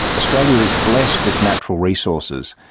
australia is blessed with natural resources.